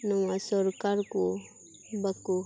ᱱᱚᱣᱟ ᱥᱚᱨᱠᱟᱨ ᱠᱚ ᱵᱟᱹᱠᱩ